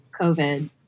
COVID